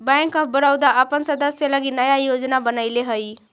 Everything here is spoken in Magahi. बैंक ऑफ बड़ोदा अपन सदस्य लगी नया योजना बनैले हइ